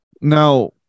Now